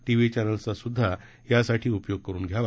TV चॅनल्सचा सुद्धा यासाठी उपयोग करून घ्यावा